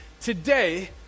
Today